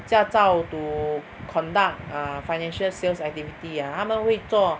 驾照 to conduct ah financial sales activity ah 他们会做